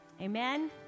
amen